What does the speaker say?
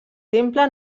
temple